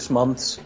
months